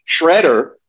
Shredder